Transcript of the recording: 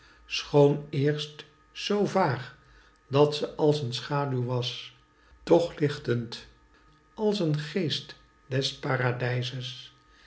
schoon eerst zoo vaag dat ze als een schaduw was toch lichtend als een geest des paradijzes